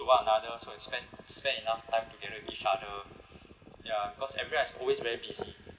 to one another so and spend spend enough time together with each other ya because everyone is always very busy